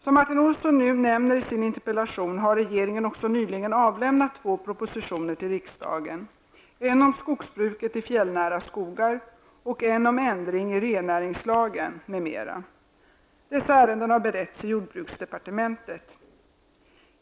Som Martin Olsson nu nämner i sin interpellation har regeringen också nyligen avlämnat två propositioner till riksdagen, en om skogsbruket i fjällnära skogar . Dessa ärenden har beretts i jordbruksdepartementet.